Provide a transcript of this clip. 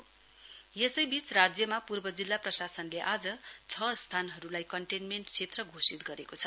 containment zone पूर्व जिल्ला प्रशासनले आज छ स्थानहरूलाई कन्टेन्मेण्ट क्षेत्र घोषित गरेको छ